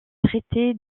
traité